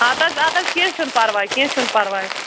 اَدٕ حظ اَدٕ حظ کیٚنٛہہ چھُنہٕ پَرواے کیٚنٛہہ چھُنہٕ پَرواے